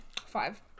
Five